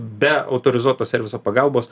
be autorizuoto serviso pagalbos